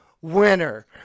winner